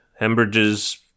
Hembridge's